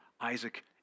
Isaac